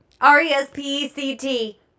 R-E-S-P-E-C-T